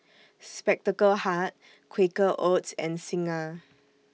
Spectacle Hut Quaker Oats and Singha